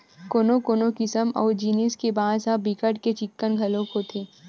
कोनो कोनो किसम अऊ जिनिस के बांस ह बिकट के चिक्कन घलोक होथे